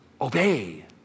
obey